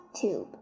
tube